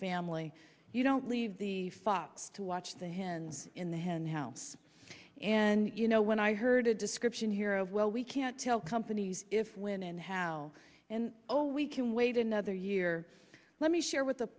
family you don't leave the fox to watch the hand in the hen house and you know when i heard a description here of well we can't tell companies if when and how and oh we can wait another year let me share with the